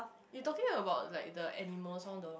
you talking about like the animals one of the